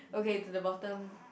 okay to the bottom